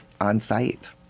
on-site